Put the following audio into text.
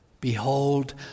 Behold